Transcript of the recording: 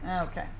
Okay